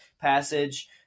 passage